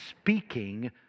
speaking